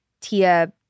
Tia